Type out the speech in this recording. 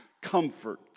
Comfort